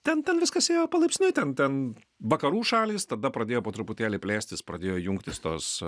ten ten viskas ėjo palaipsniui ten ten vakarų šalys tada pradėjo po truputėlį plėstis pradėjo jungtis tos